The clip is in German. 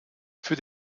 für